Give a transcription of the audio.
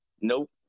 Nope